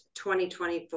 2024